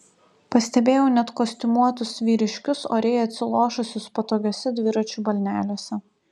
pastebėjau net kostiumuotus vyriškius oriai atsilošusius patogiuose dviračių balneliuose